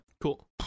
Cool